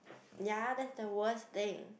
ya that's the worst thing